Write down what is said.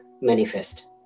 manifest